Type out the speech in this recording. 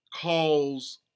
calls